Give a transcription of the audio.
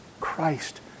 Christ